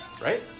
Right